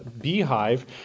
beehive